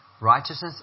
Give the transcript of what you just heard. righteousness